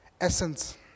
essence